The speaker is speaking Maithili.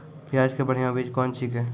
प्याज के बढ़िया बीज कौन छिकै?